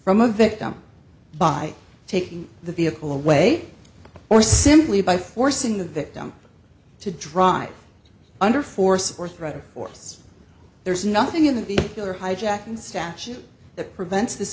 from a victim by taking the vehicle away or simply by forcing the victim to drive under force or threat of force there is nothing in the bill or hijacking statute that prevents this